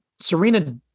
Serena